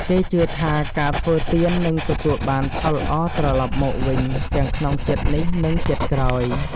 គេជឿថាការធ្វើទាននឹងទទួលបានផលល្អត្រឡប់មកវិញទាំងក្នុងជាតិនេះ និងជាតិក្រោយ។